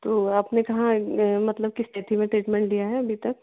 तो आपने कहाँ मतलब किस तिथि में ट्रीटमेंट दिया है अभी तक